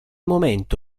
momento